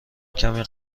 کمی